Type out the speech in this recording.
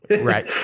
Right